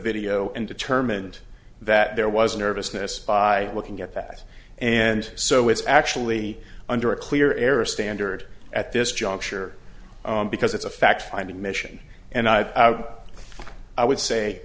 video and determined that there was a nervousness by looking at that and so it's actually under a clear air standard at this juncture because it's a fact finding mission and i would say